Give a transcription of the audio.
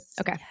okay